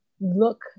look